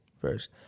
first